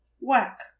whack